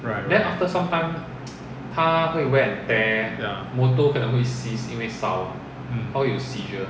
right right right ya mm